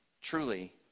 truly